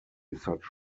such